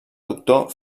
doctor